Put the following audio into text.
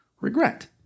regret